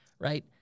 right